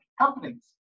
companies